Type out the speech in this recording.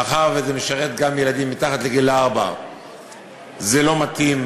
שמאחר שזה משרת גם ילדים מתחת לגיל ארבע זה לא מתאים,